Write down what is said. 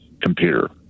computer